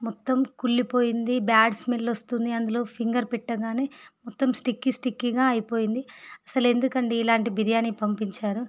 మొత్తం కుళ్ళిపోయింది bad smell వస్తుంది అందులో ఫింగర్ పెట్టగానే మొత్తం స్టిక్కీ స్టిక్కీగా అయిపోయింది అసలు ఎందుకండీ ఇలాంటి బిర్యానీ పంపించారు